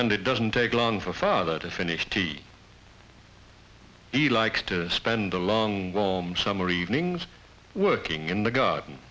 and it doesn't take long for father to finish t v he likes to spend a long gome summer evenings working in the garden